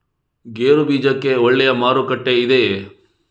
ಗೇರು ಬೀಜಕ್ಕೆ ಒಳ್ಳೆಯ ಮಾರುಕಟ್ಟೆ ಇದೆಯೇ?